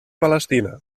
palestina